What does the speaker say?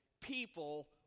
people